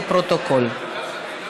לפרוטוקול.